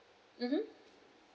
mmhmm